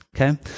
Okay